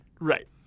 right